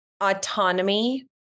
autonomy